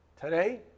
today